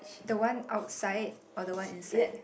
the one outside or the one inside